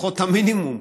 לפחות המינימום,